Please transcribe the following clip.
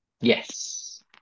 Yes